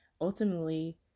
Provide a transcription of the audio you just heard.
ultimately